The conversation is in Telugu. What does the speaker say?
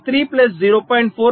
3 ప్లస్ 0